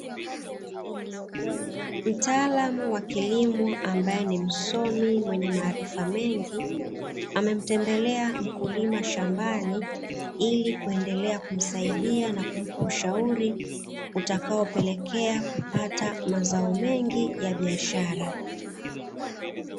Mtaalamu wa kilimo ambaye ni msomi mwenye maarifa mengi, amemtembelea mkulima shambani ili kuendelea kumsaidia na kumpa ushauri, utakaopelekea kupata mazao mengi ya biashara.